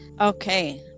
Okay